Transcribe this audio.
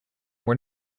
were